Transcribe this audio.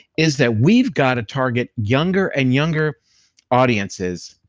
is that we've gotta target younger and younger audiences